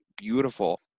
beautiful